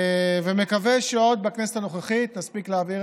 ומקווה שעוד בכנסת הנוכחית נספיק להעביר